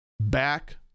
Back